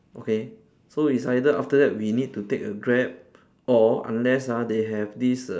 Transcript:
okay so it's either after that we need to take a grab or unless ah they have this err